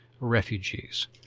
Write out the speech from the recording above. Refugees